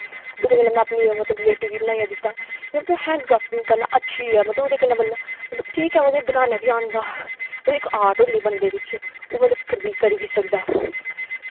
ओह्दे कन्नै में अपने मतलब रिलेटिव गी बनाइयै दित्ता ते हैंड क्राफ्टिंग करना अच्छी ऐ मतलब ओह्दे कन्नै बंदा ठीक ऐ ओह्दे बनाना बी आंदा ओह्बी इक ऑर्ट होंदी बंदे बिच ओह् मतलब करी बी सकदा